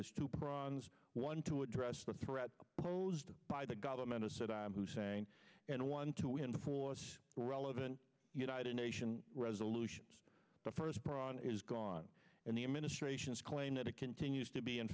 is to pry one to address the threat posed by the government of saddam hussein and one to enforce relevant united nations resolutions the first pran is gone and the administration's claim that it continues to be in